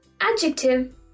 adjective